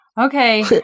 Okay